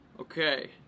Okay